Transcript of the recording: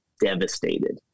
devastated